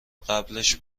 قبلش